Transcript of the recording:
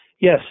Yes